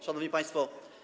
Szanowni Państwo!